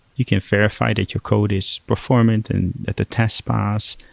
you can verify that your code is performant and that the test passed.